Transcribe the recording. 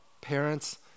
Parents